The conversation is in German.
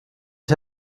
die